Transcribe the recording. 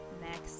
next